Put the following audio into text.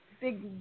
big